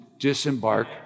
disembark